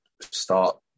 start